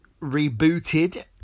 rebooted